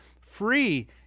free